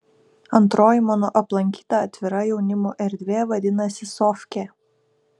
antroji mano aplankyta atvira jaunimo erdvė vadinasi sofkė